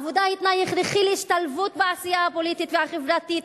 העבודה היא תנאי הכרחי להשתלבות בעשייה הפוליטית והחברתית.